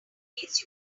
case